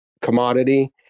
commodity